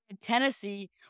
Tennessee